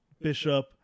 Bishop